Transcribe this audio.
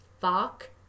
fuck